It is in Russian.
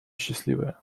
счастливая